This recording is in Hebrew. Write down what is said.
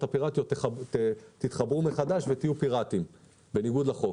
הפיראטיות שיתחברו מחדש ויהיו פיראטים בניגוד לחוק.